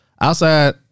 Outside